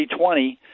2020